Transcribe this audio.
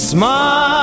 Smile